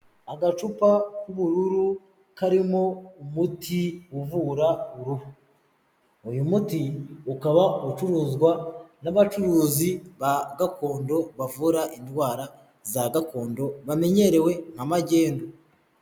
Agacupa k'ubururu karimo umuti uvura uruhu, uyu muti ukaba ucuruzwa n'abacuruzi ba gakondo bavura indwara za gakondo bamenyerewe nka magendu.